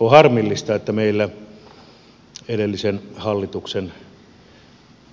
on harmillista että meillä edellisen hallituksen